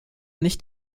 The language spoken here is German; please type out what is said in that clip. nicht